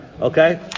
Okay